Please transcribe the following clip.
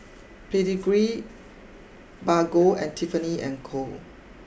Pedigree Bargo and Tiffany and Co